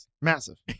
massive